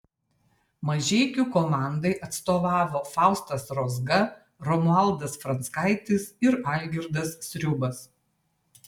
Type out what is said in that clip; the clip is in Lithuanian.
mažeikių komandai atstovavo faustas rozga romualdas franckaitis ir algirdas sriubas